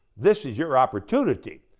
this is your opportunity.